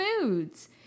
foods